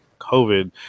covid